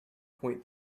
point